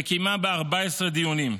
וקיימה בה 14 דיונים,